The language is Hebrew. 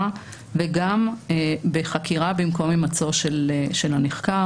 וגם בחקירה במקום הימצאו של הנחקר.